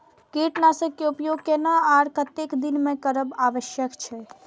कीटनाशक के उपयोग केना आर कतेक दिन में करब आवश्यक छै?